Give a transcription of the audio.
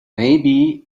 maybe